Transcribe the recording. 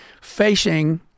facing